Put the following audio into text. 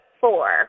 four